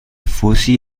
fusi